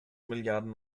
milliarden